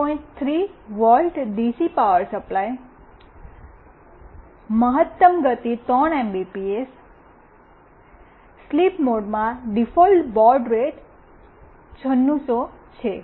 3 volt DC power supply મહત્તમ ગતિ 3 Mbps sleep મોડમાં ડિફોલ્ટ બાઈડ રેટ 9600 છે